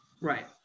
Right